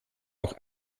auch